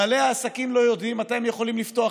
בעלי העסקים לא יודעים מתי הם יכולים לפתוח